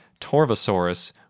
Torvosaurus